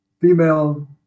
female